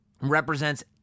represents